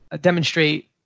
demonstrate